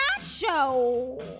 show